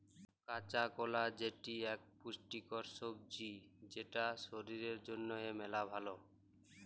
কাঁচা কলা যেটি ইক পুষ্টিকর সবজি যেটা শরীর জনহে মেলা ভাল